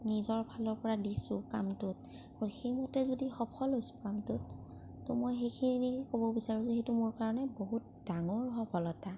নিজৰ ফালৰ পৰা দিছোঁ কামটোত সেইমতে যদি সফল হৈছোঁ কামটোত ত' মই সেইখিনি ক'ব বিচাৰোঁ যে সেইটো মোৰ কাৰণে বহুত ডাঙৰ সফলতা